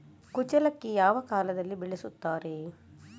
ಕುಚ್ಚಲಕ್ಕಿ ಯಾವ ಕಾಲದಲ್ಲಿ ಬೆಳೆಸುತ್ತಾರೆ?